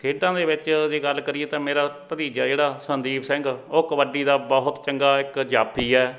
ਖੇਡਾਂ ਦੇ ਵਿੱਚ ਜੇ ਗੱਲ ਕਰੀਏ ਤਾਂ ਮੇਰਾ ਭਤੀਜਾ ਜਿਹੜਾ ਸੰਦੀਪ ਸਿੰਘ ਉਹ ਕਬੱਡੀ ਦਾ ਬਹੁਤ ਚੰਗਾ ਇੱਕ ਜਾਫੀ ਹੈ